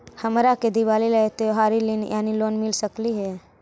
हमरा के दिवाली ला त्योहारी ऋण यानी लोन मिल सकली हे?